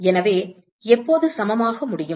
எனவே எப்போது சமமாக முடியும்